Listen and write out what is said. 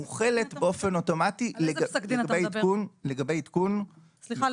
מוחלת באופן אוטומטי לגבי עדכון --- סליחה,